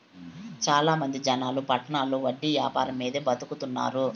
చాలా మంది జనాలు పట్టణాల్లో వడ్డీ యాపారం మీదే బతుకుతున్నారు